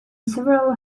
several